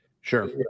Sure